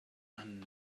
and